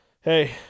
hey